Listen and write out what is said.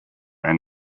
and